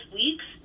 weeks